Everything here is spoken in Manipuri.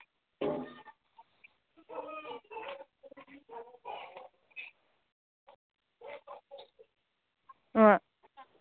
ꯑꯥ